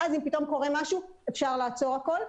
ואז אם פתאום קורה משהו אפשר לעצור הכל,